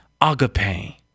agape